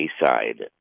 Bayside